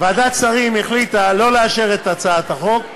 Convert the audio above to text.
שכנסת ישראל תפיל את הצעת החוק.